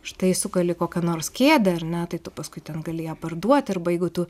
štai sukali kokią nors kėdę ar ne tai tu paskui ten gali ją parduoti arba jeigu tu